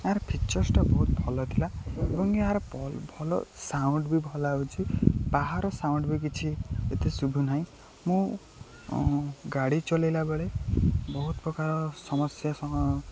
ଏହାର ଫିଚର୍ସଟା ବହୁତ ଭଲ ଥିଲା ଏବଂ ଏହାରଲ ଭଲ ସାଉଣ୍ଡ୍ ବି ଭଲ ହେଉଛି ବାହାର ସାଉଣ୍ଡ୍ ବି କିଛି ଏତେ ଶୁଭୁ ନାହିଁ ମୁଁ ଗାଡ଼ି ଚଲେଇଲା ବେଳେ ବହୁତ ପ୍ରକାର ସମସ୍ୟା